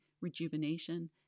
rejuvenation